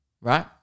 right